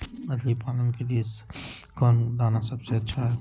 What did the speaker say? मछली पालन के लिए कौन दाना सबसे अच्छा है?